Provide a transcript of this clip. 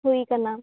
ᱦᱩᱭ ᱠᱟᱱᱟ